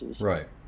Right